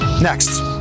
next